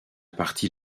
partie